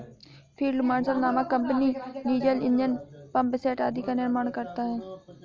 field marshal नामक company diesel engine, pumpset आदि का निर्माण करता है